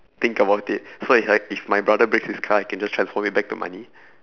think about it so if like if my brother breaks his car I can just transform it back to money